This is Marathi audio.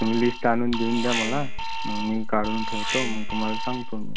तुम्ही लिस्ट आणून देऊन द्या मला मी काढून ठेवतो मग तुम्हाला सांगतो मी